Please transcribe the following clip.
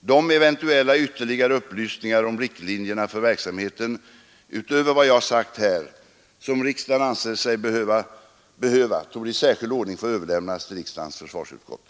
De eventuella ytterligare upplysningar om riktlinjerna för verksamheten utöver vad jag sagt här som riksdagen anser sig behöva torde i särskild ordning få överlämnas till riksdagens försvarsutskott.